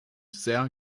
sehr